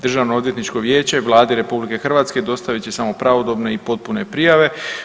Državno odvjetničko vijeće Vladi RH dostavit će samo pravodobne i potpune prijave.